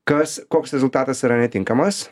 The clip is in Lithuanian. kas koks rezultatas yra netinkamas